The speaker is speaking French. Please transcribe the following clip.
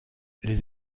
les